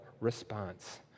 response